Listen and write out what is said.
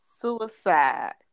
suicide